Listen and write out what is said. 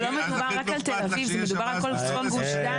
אני כמובן חותם על כל מילה שלך ושל חברי סימון.